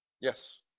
Yes